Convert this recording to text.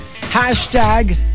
Hashtag